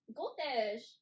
Goldfish